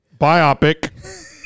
Biopic